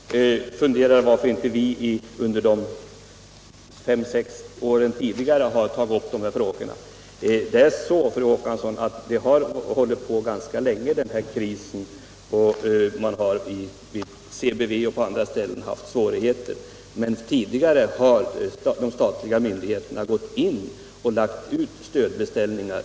Herr talman! Fru Håkansson undrar varför vi inte under de fem sex tidigare åren har tagit upp dessa frågor. Det är så, fru Håkansson, att den här krisen har hållit på ganska länge — man har vid CBV och på andra ställen haft svårigheter. Men tidigare har myndigheterna lagt ut stödbeställningar.